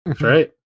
Right